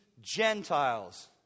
Gentiles